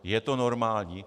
Je to normální?